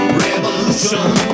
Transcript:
revolution